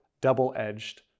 double-edged